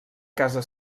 casa